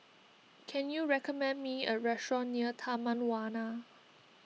can you recommend me a restaurant near Taman Warna